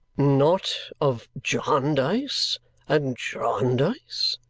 not of jarndyce and jarndyce?